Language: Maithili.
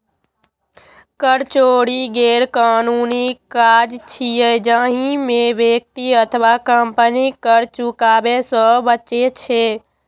कर चोरी गैरकानूनी काज छियै, जाहि मे व्यक्ति अथवा कंपनी कर चुकाबै सं बचै छै